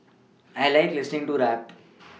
I like listening to rap